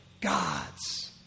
gods